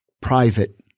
private